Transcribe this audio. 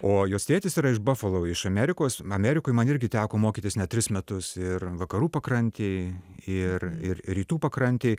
o jos tėtis yra iš bafalo iš amerikos amerikoj man irgi teko mokytis net tris metus ir vakarų pakrantėj ir ir ir rytų pakrantėj